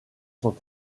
sont